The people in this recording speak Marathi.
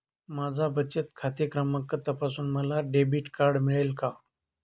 माझा बचत खाते क्रमांक तपासून मला डेबिट कार्ड मिळेल का?